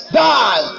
die